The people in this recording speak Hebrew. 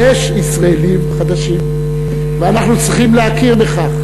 יש ישראלים חדשים, ואנחנו צריכים להכיר בכך.